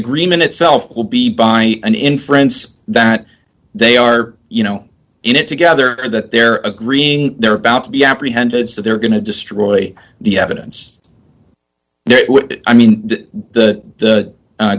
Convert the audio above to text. agreement itself will be by an inference that they are you know it together or that they're agreeing they're about to be apprehended so they're going to destroy the evidence there i mean the